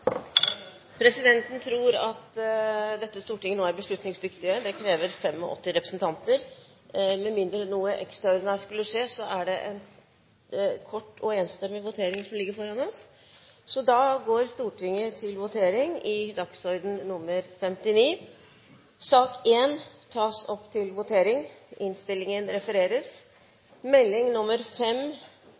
Presidenten tror at dette storting nå er beslutningsdyktig. Det krever 85 representanter. Med mindre noe ekstraordinært skulle skje, er det en kort og enstemmig votering som ligger foran oss. Stortinget går da til votering